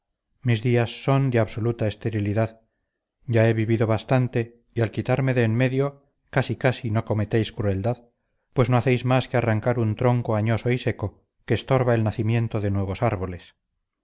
mis días son de absoluta esterilidad ya he vivido bastante y al quitarme de en medio casi casi no cometéis crueldad pues no hacéis más que arrancar un tronco añoso y seco que estorba el nacimiento de nuevos árboles